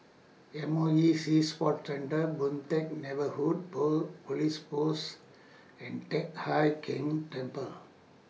M O E Sea Sports Centre Boon Teck Neighbourhood Police Post and Teck Hai Keng Temple